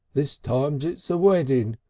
this time it's a wedding.